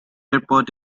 airport